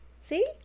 see